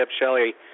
shelly